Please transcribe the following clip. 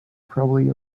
probably